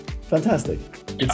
Fantastic